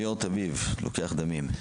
ליאור טביב, לוקח דמים,